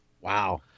Wow